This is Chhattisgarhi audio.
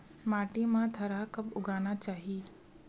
माटी मा थरहा कब उगाना चाहिए?